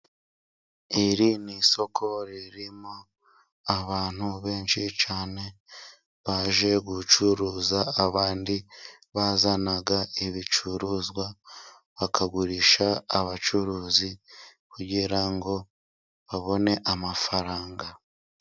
Iri ni isoko ririmo abantu benshi cyane baje gucuruza. Abandi bazana ibicuruzwa bakagurisha abacuruzi kugira ngo babone amafaranga.